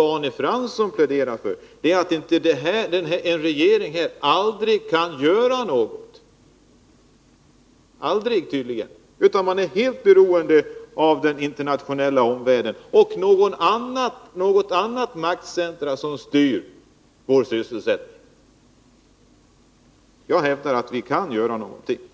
Vad Arne Fransson pläderar för är nämligen att en regering aldrig kan göra någonting; man är helt beroende av omvärlden och ett annat maktcentrum som styr vår sysselsättning. Men jag hävdar att vi kan göra någonting. Arne